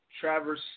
Traverse